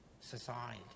society